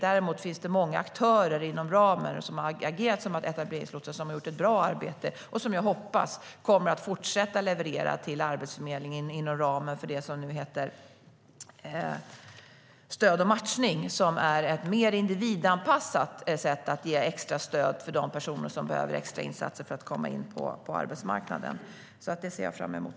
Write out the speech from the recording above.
Däremot finns det många aktörer som har agerat som etableringslotsar som har gjort ett bra arbete och som jag hoppas kommer att fortsätta att leverera till Arbetsförmedlingen inom ramen för det som nu kallas stöd och matchning, som är ett mer individanpassat sätt att ge extra stöd till de personer som behöver extra insatser för att komma in på arbetsmarknaden. Det ser jag alltså fram emot.